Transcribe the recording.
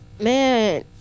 Man